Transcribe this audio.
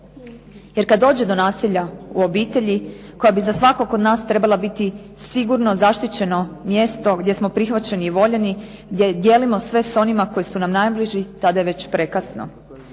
jer kad dođe do nasilja u obitelji koja bi za svakog od nas trebala biti sigurno, zaštićeno mjesto gdje smo prihvaćeni i voljeni, gdje dijelimo sve s onima koji su nam najbliži tada je već prekasno.